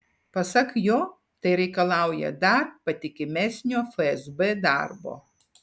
pasak jo tai reikalauja dar patikimesnio fsb darbo